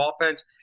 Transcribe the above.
offense